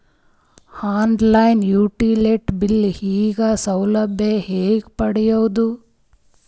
On line utility bill ಗ ಸೌಲಭ್ಯ ಹೇಂಗ ಪಡೆಯೋದು?